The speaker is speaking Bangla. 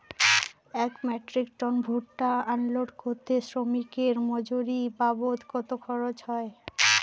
এক মেট্রিক টন ভুট্টা আনলোড করতে শ্রমিকের মজুরি বাবদ কত খরচ হয়?